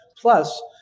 Plus